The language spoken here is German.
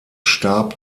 starb